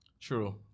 True